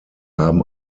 haben